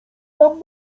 wam